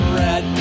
red